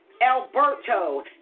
Alberto